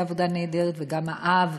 גם על הבן,